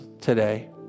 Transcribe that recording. today